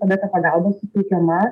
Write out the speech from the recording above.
tada ta pagalba suteikiama